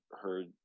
heard